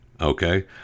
okay